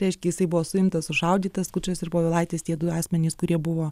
reiškia jisai buvo suimtas sušaudytas skučas ir povilaitis tie du asmenys kurie buvo